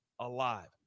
alive